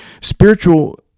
spiritual